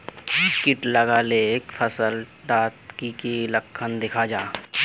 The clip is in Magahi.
किट लगाले फसल डात की की लक्षण दखा जहा?